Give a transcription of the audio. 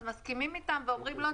אז מסכימים איתם ואומרים: לא,